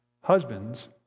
Husbands